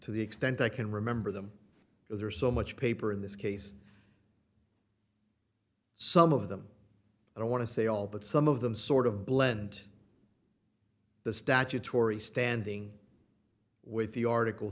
to the extent i can remember them are so much paper in this case some of them i don't want to say all but some of them sort of blend the statutory standing with the article